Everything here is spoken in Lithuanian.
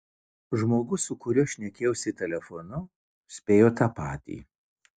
žmogus su kuriuo šnekėjausi telefonu spėjo tą patį